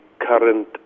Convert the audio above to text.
current